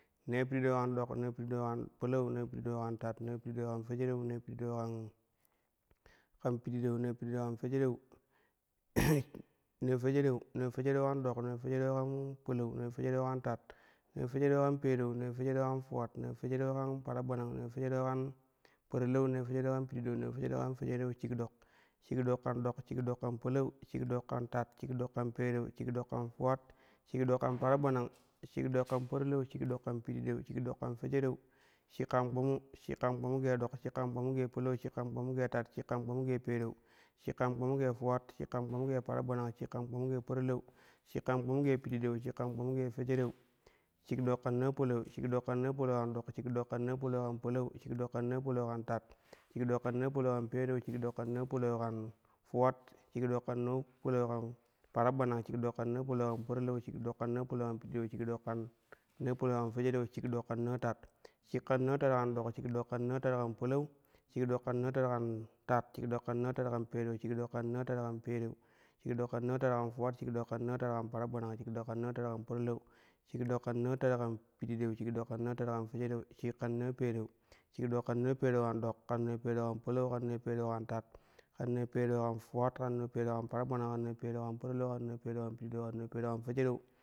Naa pididau kan dok, naa pididau kan palau, naa pididau kan tat, naa pididau kan fejereu, naa pididau kan pididau, naa pididau kan fejereu naa fejereu. Naa fejereu kan dok, naa fejereu kan palau, naa fejereu kan tat, naa fejereu kan pereu, naa fejereu kan fuwat, naa fejereu kan paragbanang, naa fejereu kan parilau, naa fejereu kan pididau, naa fejereu kan fejereu, shik ɗok. Shik dok kan ɗok, shik dok kan palau, shik dok kan tat, shik dok kan pereu, shik dok kan fuwat, shik dok kan paragbanang, shik dok kan parilau, shik dok kan pididau, shik dok kan fejereu, shik kan kpumu. Shik kan kpumu gee dok, shik kan kpumu gee palau, shik kan kpumu gee tat, shik kan kpumu gee pereu, shik kan kpumu gee fuwat shik kan kpumu gee paragbanang, shik kan kpumu gee parilau, shik kan kpumu gee pididau, shik kan kpumu gee fejereu. Shik dok kan naa palau. Shik dok kan naa palau kan dok, shik dok kan naa palau kan palau, shik dok kan naa palau kan tat, shik dok kan naa palau kan pereu, shik dok kan naa palau kan fuwat, shik dok kan naa palau kan paragbanang, shik dok kan naa palau kan parilau, shik dok kan naa palau kan pididau, shik dok kan naa palau kan fejereu, shik dok kan naa tat. Shik dok kan naa tat kan dok, shik dok kan naa tat kan palau, shik dok kan naa tat kan tat, shik dok kan naa tat kan pereu, shik dok kan naa tat kan fuwat, shik dok kan naa tat kan paragbanang, shik dok kan naa tat kan parilau, shik dok kan naa tat kan pididau, shik dok kan naa tat kan fejereu, shik kan naa pereu. Shik dok kan naa pereu kan dok, kan naa pereu kan palau, kan naa pereu kan tat, kan naa pereu kan fuwat, kan naa pereu kan paragbanang, kan naa pereu kan parilau, kan naa pereu kan pididau, kan naa pereu kan fejereu.